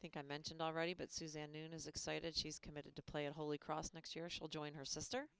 i think i mentioned already but susan noone is excited she's committed to play a holy cross next year she'll join her sister